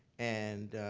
and